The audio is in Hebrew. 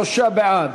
43 בעד,